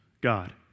God